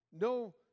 no